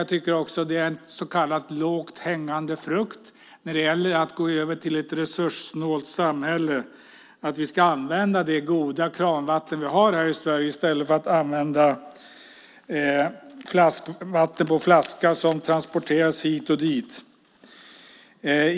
Jag tycker också att det är en så kallad lågt hängande frukt när det gäller att gå över till ett resurssnålt samhälle. Vi ska använda det goda kranvatten vi har här i Sverige i stället för att använda vatten på flaska som transporteras hit och dit.